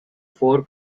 four